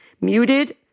muted